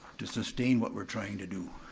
to sustain what we're trying to do.